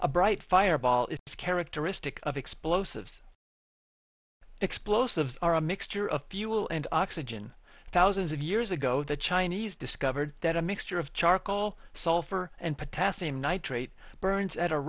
a bright fireball it's characteristic of explosives explosives are a mixture of fuel and oxygen thousands of years ago the chinese discovered that a mixture of charcoal sulphur and potassium nitrate burns at a